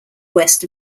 west